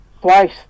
twice